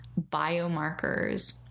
biomarkers